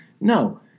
no